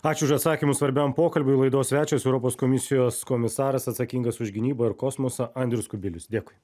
ačiū už atsakymus svarbiam pokalbiui laidos svečias europos komisijos komisaras atsakingas už gynybą ir kosmosą andrius kubilius dėkui